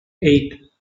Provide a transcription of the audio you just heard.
eight